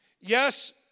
yes